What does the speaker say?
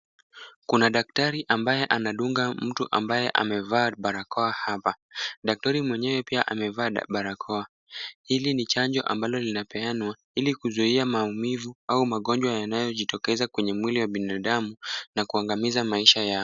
Kuna dakatari ambaye anadunga mtu ambaye amevaa barakoa hapa. Daktari mwenyewe pia amevaa barakoa. Hili ni chanjo ambalo linapeanwa ili kuzuia maumivu au magonjwa yanayojitokeza kwenye mwili wa binadamu na kuangamiza maisha yao.